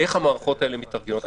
איך המערכות האלה מתארגנות.